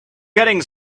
getting